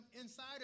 inside